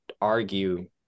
argue